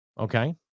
Okay